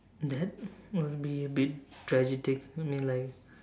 that would be a bit tragic I mean like